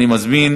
אני מזמין